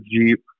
Jeep